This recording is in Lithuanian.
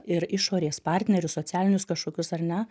ir išorės partnerių socialinius kažkokius ar ne